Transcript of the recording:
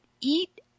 eat